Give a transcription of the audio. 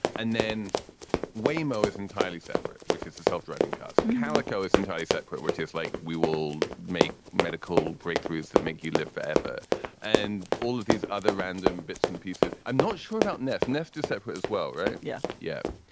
and then waymo is entirely separate, which is the self-driving cars calico is entirely separate, which is like we will make medical breakthroughs that make you live forever and all of these other random bits and pieces. i'm not sure about ness ness to separate as well. right. yeah. yeah.